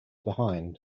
behind